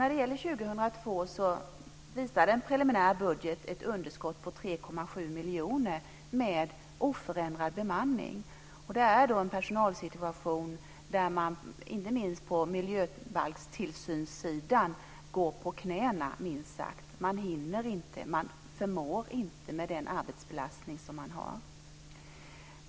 När det gäller 2002 visar en preliminär budget ett underskott på 3,7 miljoner med oförändrad bemanning. Det är då en personalsituation där man, inte minst på miljöbalkstillsynssidan, går på knäna, minst sagt. Man hinner inte; man förmår det inte, med den arbetsbelastning som man har.